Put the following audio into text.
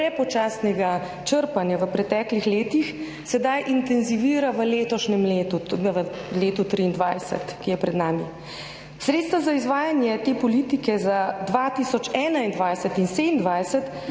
prepočasnega črpanja v preteklih letih sedaj intenzivira v letošnjem letu in tudi v letu 2023, ki je pred nami. Sredstva za izvajanje te politike za 2021-2027